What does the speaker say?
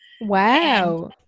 Wow